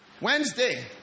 Wednesday